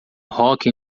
hóquei